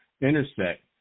intersect